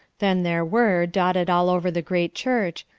then there were, dotted all over the great church,